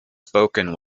spoken